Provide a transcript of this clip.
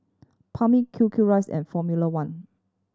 Palmer Q Q Rice and Formula One